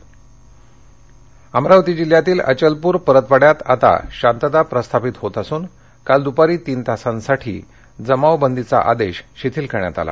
अमरावती अमरावती जिल्ह्यातील अचलपूर परतवाङ्यात आता शांतता प्रस्थापित होत असून काल दूपारी तीन तासांसाठी जमावबंदीचा आदेश शिथिल करण्यात आला